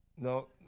No